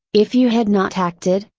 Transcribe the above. if you had not acted,